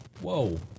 Whoa